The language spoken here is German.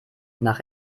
nach